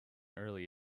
early